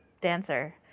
dancer